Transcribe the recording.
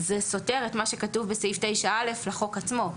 זה סותר את מה שכתוב בסעיף 9(א) לחוק עצמו.